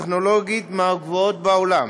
טכנולוגית מהגבוהות בעולם.